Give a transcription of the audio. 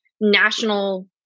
national